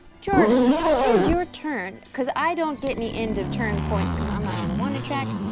jordan, tis your turn cause i don't get any end of turn points cause i'm not on the wanted track,